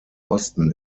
osten